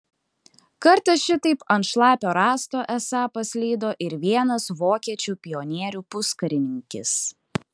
kartą šitaip ant šlapio rąsto esą paslydo ir vienas vokiečių pionierių puskarininkis